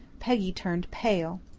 peggy turned pale.